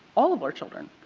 all of our children.